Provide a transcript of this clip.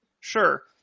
Sure